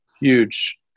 huge